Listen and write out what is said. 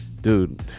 dude